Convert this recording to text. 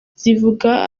zivuga